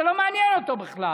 זה לא מעניין אותו בכלל,